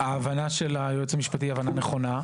ההבנה של היייעוץ המשפטי היא נכונה.